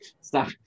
stop